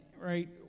right